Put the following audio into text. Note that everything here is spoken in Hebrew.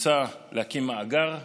מוצע להקים מאגר,